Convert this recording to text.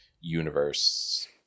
universe